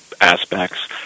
aspects